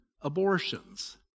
abortions